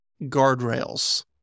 guardrails